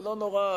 לא נורא,